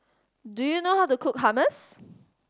do you know how to cook Hummus